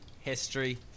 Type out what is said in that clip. history